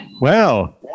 wow